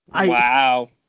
wow